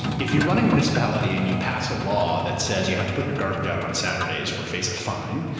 if you're running a municipality and you pass a law that says you have to put your garbage out on saturdays or face a fine,